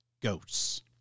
ghosts